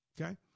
okay